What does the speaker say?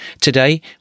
Today